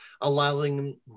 allowing